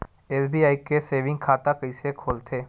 SBI के saving खाता कइसे खोलथे?